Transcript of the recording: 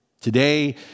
Today